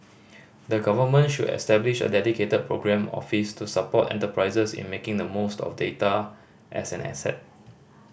the Government should establish a dedicated programme office to support enterprises in making the most of data as an asset